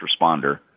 responder